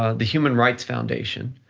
ah the human rights foundation,